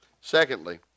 Secondly